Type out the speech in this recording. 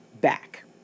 back